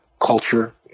culture